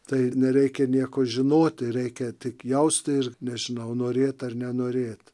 tai ir nereikia nieko žinoti reikia tik jausti ir nežinau norėt ar nenorėt